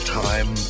time